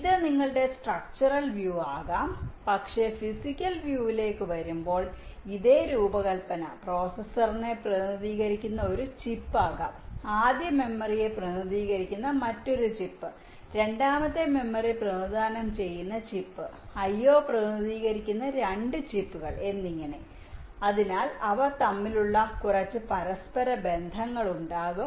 ഇത് നിങ്ങളുടെ structural view ആകാം പക്ഷേ ഫിസിക്കൽ വ്യൂ ലേക്ക് വരുമ്പോൾ ഇതേ രൂപകൽപ്പന പ്രോസസറിനെ പ്രതിനിധീകരിക്കുന്ന ഒരു ചിപ്പ് ആകാം ആദ്യ മെമ്മറിയെ പ്രതിനിധീകരിക്കുന്ന മറ്റൊരു ചിപ്പ് രണ്ടാമത്തെ മെമ്മറി പ്രതിനിധാനം ചെയ്യുന്ന ചിപ്പ് IO പ്രതിനിധീകരിക്കുന്ന 2 ചിപ്പുകൾ എന്നിവ അതിനാൽ അവർ തമ്മിലുള്ള കുറച്ച് പരസ്പര ബന്ധങ്ങൾ ഉണ്ടാകും